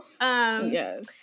yes